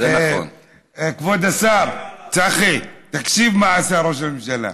כבוד השר צחי, מה עשה ראש הממשלה.